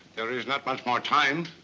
there is not much more time.